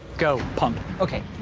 go. pump, okay.